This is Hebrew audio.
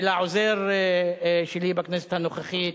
ולעוזר שלי בכנסת הנוכחית,